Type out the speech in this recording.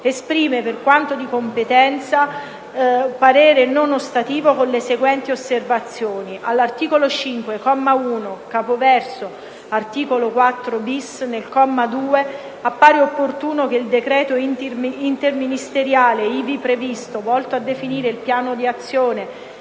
esprime, per quanto di competenza, parere non ostativo, con le seguenti osservazioni: - all'articolo 5, comma 1, capoverso "articolo 4-*bis*" nel comma 2, appare opportuno che il decreto interministeriale ivi previsto, volto a definire il piano di azione